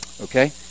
Okay